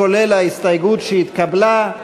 כולל ההסתייגות שהתקבלה.